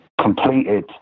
completed